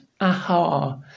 Aha